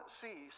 see